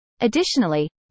Additionally